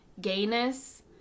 gayness